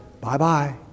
bye-bye